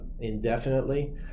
indefinitely